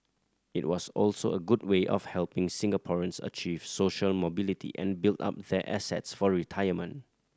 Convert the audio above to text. it was also a good way of helping Singaporeans achieve social mobility and build up their assets for retirement